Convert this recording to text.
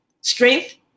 strength